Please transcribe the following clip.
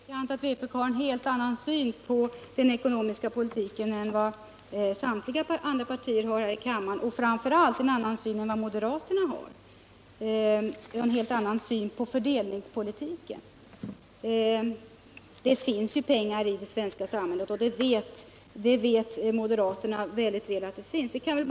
Herr talman! Det är inte obekant att vpk har en helt annan syn på den ekonomiska politiken än vad samtliga andra partier här i kammaren har och framför allt en annan syn än vad moderaterna har. Vpk har ju en helt annan syn på fördelningspolitiken. Och det finns pengar i det svenska samhället, något som också moderaterna vet mycket väl.